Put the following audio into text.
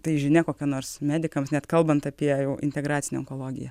tai žinia kokia nors medikams net kalbant apie jau integracinę onkologiją